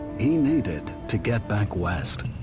he needed to get back west.